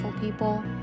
people